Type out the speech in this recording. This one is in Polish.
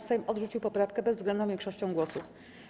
Sejm odrzucił poprawkę bezwzględną większością głosów.